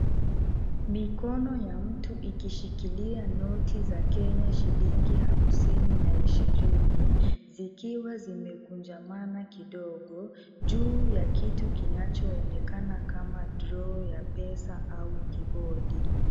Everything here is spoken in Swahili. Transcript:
Mikono ya mtu ikishikilia noti za Kenya shilingi hamsini na ishirini, zikiwa zimekujamana kidogo juu ya kitu kinacho onekana kama draw ya pesa au kibodi.